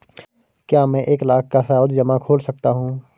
क्या मैं एक लाख का सावधि जमा खोल सकता हूँ?